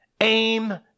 Aim